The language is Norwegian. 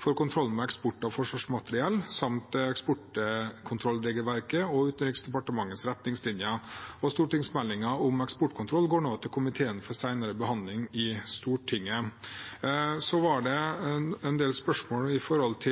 for kontrollen med eksport av forsvarsmateriell, samt eksportkontrollregelverket og Utenriksdepartementets retningslinjer. Stortingsmeldingen om eksportkontroll går nå til komiteen for senere behandling i Stortinget. Så var det en del spørsmål som gjaldt